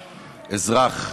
אזרח,